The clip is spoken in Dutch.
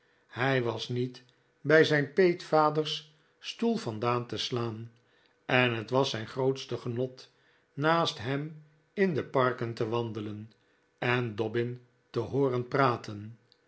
hij was niet bij zijn peetvaders stoel vandaan te slaan en het was zijn grootste genot naast hem in de parken te wandelen en dobbin te hooren praten